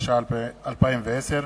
התש"ע 2010,